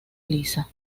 lisa